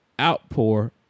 outpour